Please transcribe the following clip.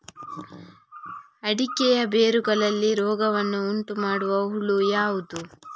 ಅಡಿಕೆಯ ಬೇರುಗಳಲ್ಲಿ ರೋಗವನ್ನು ಉಂಟುಮಾಡುವ ಹುಳು ಯಾವುದು?